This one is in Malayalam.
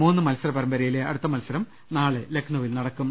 മൂന്ന് മത്സര പരമ്പരയിലെ അടുത്ത മത്സരം നാളെ ലക്നൌവിൽ നടക്കും